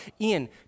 Ian